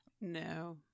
No